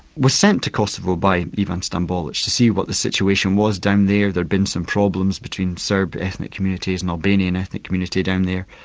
was sent to kosovo by ivan stanbolic to see what the situation was down there. there'd been some problems between serb ethnic communities and albanian ethnical communities down there.